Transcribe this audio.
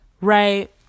right